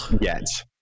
Yes